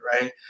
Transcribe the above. right